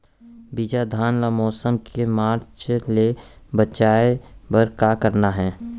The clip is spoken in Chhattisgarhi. बिजहा धान ला मौसम के मार्च ले बचाए बर का करना है?